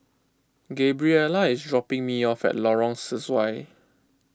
Gabriella is dropping me off at Lorong Sesuai